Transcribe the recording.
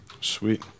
Sweet